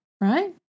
right